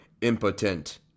impotent